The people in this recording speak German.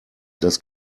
das